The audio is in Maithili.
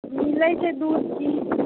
हम लै छियै दूध की